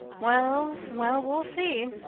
well, well, we'll see.